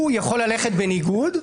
הוא יכול ללכת בניגוד,